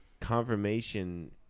confirmation